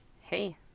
Hey